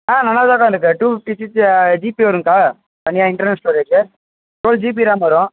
ஆ நல்லா தான் அக்கா இருக்கு டூ ஃபிஃப்டி ஜிபி ஜிபி வருங்கக்கா தனியாக internal storage four GB RAM வரும்